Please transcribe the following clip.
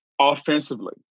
offensively